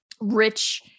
rich